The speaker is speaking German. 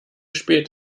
spät